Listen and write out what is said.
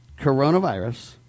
Coronavirus